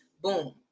Boom